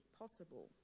possible